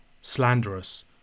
slanderous